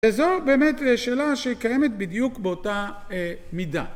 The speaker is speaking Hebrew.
וזו באמת שאלה שקיימת בדיוק באותה מידה